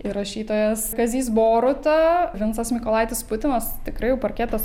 ir rašytojas kazys boruta vincas mykolaitis putinas tikrai jau parketas